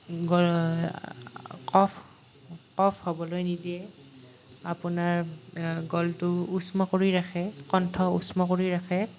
কফ কফ হ'বলৈ নিদিয়ে আপোনাৰ গলটো উষ্ম কৰি ৰাখে কণ্ঠ উষ্ম কৰি ৰাখে